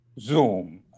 Zoom